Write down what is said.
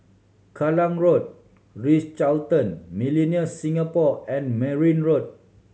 Kallang Road Ritz Carlton Millenia Singapore and Merryn Road